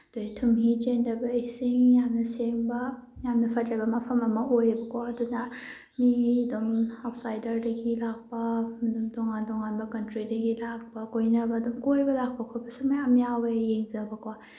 ꯑꯗꯒꯤ ꯊꯨꯝꯍꯤ ꯆꯦꯟꯗꯕ ꯏꯁꯤꯡ ꯌꯥꯝꯅ ꯁꯦꯡꯕ ꯌꯥꯝꯅ ꯐꯖꯕ ꯃꯐꯝ ꯑꯃ ꯑꯣꯏꯌꯦꯕꯀꯣ ꯑꯗꯨꯅ ꯃꯤꯗꯨꯝ ꯑꯥꯎꯁꯥꯏꯗꯔꯗꯒꯤ ꯂꯥꯛꯄ ꯑꯗꯨꯝ ꯇꯣꯉꯥꯟ ꯇꯣꯉꯥꯟꯕ ꯀꯟꯇ꯭ꯔꯤꯗꯒꯤ ꯂꯥꯛꯄ ꯀꯣꯏꯕ ꯂꯥꯛꯄ ꯈꯣꯠꯄꯁꯨ ꯃꯌꯥꯝ ꯌꯥꯎꯋꯦ ꯌꯦꯡꯖꯕꯀꯣ